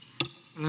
Hvala